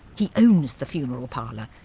he owns the funeral parlour,